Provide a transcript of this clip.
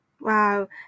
Wow